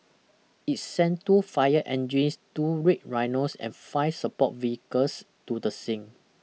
it sent two fire engines two Red Rhinos and five support vehicles to the scene